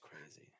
crazy